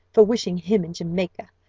for wishing him in jamaica,